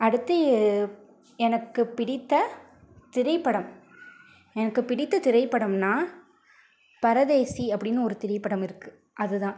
அடுத்து எனக்கு பிடித்த திரைப்படம் எனக்கு பிடித்த திரைப்படம்ன்னா பரதேசி அப்படின்னு ஒரு திரைப்படம் இருக்கு அது தான்